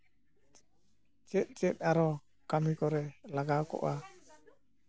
ᱪᱮᱫ ᱪᱮᱫ ᱟᱨᱚ ᱠᱟᱹᱢᱤ ᱠᱚᱨᱮ ᱞᱟᱜᱟᱣ ᱠᱚᱜᱼᱟ